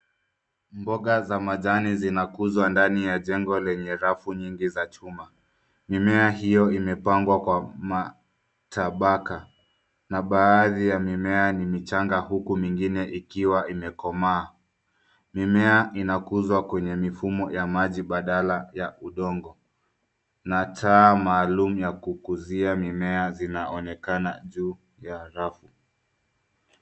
Mboga za majani zinakuzwa ndani ya jengo lenye rafu nyingi za chuma. Mimea hiyo imepangwa kwa matabaka na baadhi ya mimea ni michanga, huku mingine ikiwa imekomaa. Mimea inakuzwa kwenye mifumo ya maji badala ya udongo na taa maalum ya kukuzia mimea zinaonekana juu ya rafu.